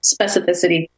specificity